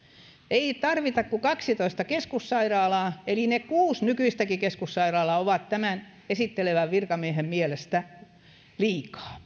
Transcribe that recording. ei tarvita kuin kaksitoista keskussairaalaa eli ne kuuden nykyistäkin keskussairaalaa ovat tämän esittelevän virkamiehen mielestä liikaa